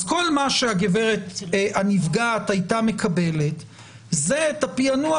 אז כל מה שהנפגעת היתה מקבלת זה את הפענוח